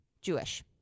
Jewish